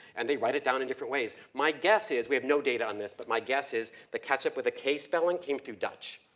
and they write it down in different ways. my guess is, we have no data on this, but my guess is that ketchup with a k spelling came through dutch,